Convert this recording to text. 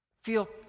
feel